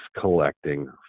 collecting